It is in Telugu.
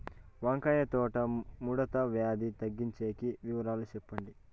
వంకాయ తోట ముడత వ్యాధి తగ్గించేకి వివరాలు చెప్పండి?